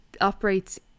operates